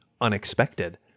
unexpected